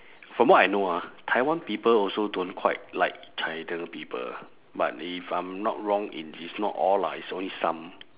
from what I know ah taiwan people also don't quite like china people but if I'm not wrong it is not all lah it's only some